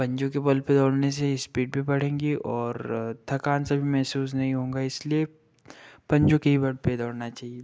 पंजों के बल पर दौड़ने से स्पीड भी बढ़ेंगी और थकान से भी मेहसूस नहीं होगा इसलिए पंजों के ही बल पर दौड़ना चहिए